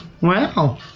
Wow